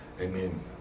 amen